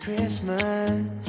Christmas